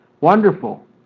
wonderful